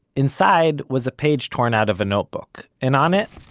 inside was a page torn out of a notebook, and on it,